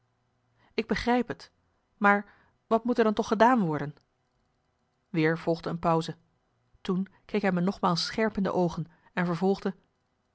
ik begrijp t maar wat moet er dan toch gedaan worden marcellus emants een nagelaten bekentenis weer volgde een pauze toen keek hij me nogmaals scherp in de oogen en vervolgde